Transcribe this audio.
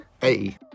hey